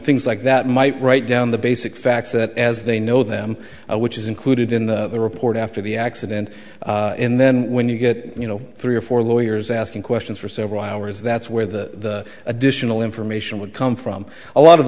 things like that might write down the basic facts that as they know them which is included in the report after the accident in then when you get you know three or four lawyers asking questions for several hours that's where the additional information would come from a lot of